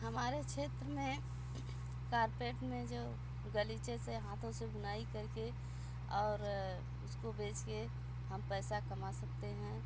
हमारे क्षेत्र में कार्पेट में जो गलीचे से हाथों से बुनाई करके और उसको बेच के हम पैसा कमा सकते हैं